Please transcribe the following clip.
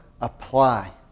apply